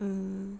mm